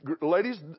ladies